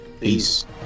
Peace